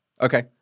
Okay